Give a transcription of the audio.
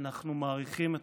אנחנו מעריכים אתכם,